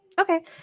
Okay